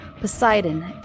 Poseidon